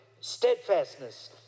steadfastness